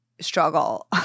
struggle